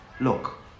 look